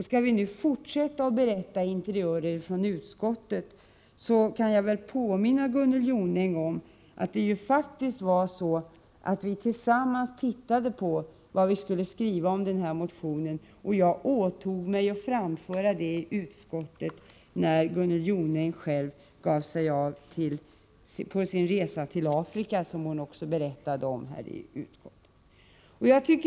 Skall vi nu fortsätta att berätta interiörer från utskottet kan jag påminna Gunnel Jonäng om att vi tillsammans gick igenom vad vi skulle skriva om den här motionen. Jag åtog mig att framföra detta i utskottet när Gunnel Jonäng själv gav sig av på sin resa till Afrika, vilken hon berättade om.